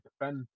defend